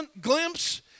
glimpse